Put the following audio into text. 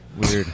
Weird